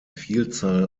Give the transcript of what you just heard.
vielzahl